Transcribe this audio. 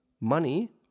money